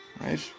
right